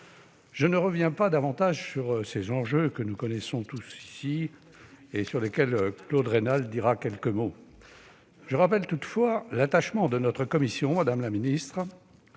Je ne reviens pas davantage sur ces enjeux, que nous connaissons tous ici et dont Claude Raynal dira quelques mots. Je rappelle toutefois l'attachement de notre commission, madame la ministre,